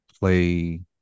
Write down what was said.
play